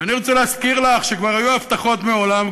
ואני רוצה להזכיר לך שכבר היו הבטחות מעולם,